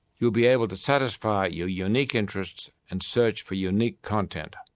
you will be able to satisfy your unique interests and search for unique content.